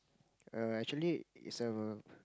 err actually is a